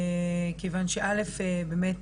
כיוון שא' באמת,